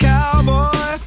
Cowboy